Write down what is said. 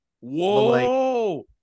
Whoa